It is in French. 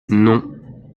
non